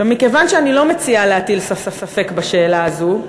מכיוון שאני לא מציעה להטיל ספק בשאלה הזו,